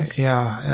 yeah,